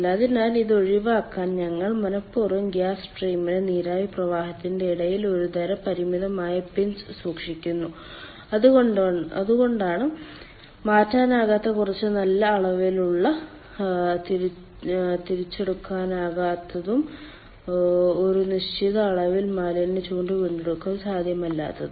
അതിനാൽ ഇത് ഒഴിവാക്കാൻ ഞങ്ങൾ മനഃപൂർവ്വം ഗ്യാസ് സ്ട്രീമിനും നീരാവി പ്രവാഹത്തിനും ഇടയിൽ ഒരുതരം പരിമിതമായ പിഞ്ച് സൂക്ഷിക്കുന്നു അതുകൊണ്ടാണ് മാറ്റാനാകാത്തത് കുറച്ച് നല്ല അളവിലുള്ള തിരിച്ചെടുക്കാനാകാത്തതും ഒരു നിശ്ചിത അളവിൽ മാലിന്യ ചൂട് വീണ്ടെടുക്കൽ സാധ്യമല്ലാത്തതും